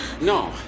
No